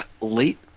late